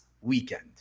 weekend